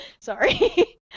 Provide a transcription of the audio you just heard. sorry